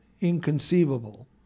inconceivable